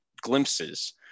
glimpses